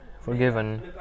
forgiven